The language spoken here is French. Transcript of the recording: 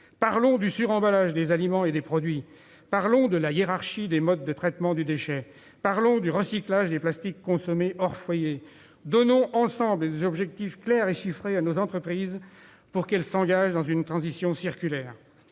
Parlons du suremballage des aliments et des produits. Parlons de la hiérarchie des modes de traitement du déchet. Parlons du recyclage des plastiques consommés hors foyer. Donnons ensemble des objectifs clairs et chiffrés à nos entreprises pour qu'elles s'engagent dans une transition circulaire.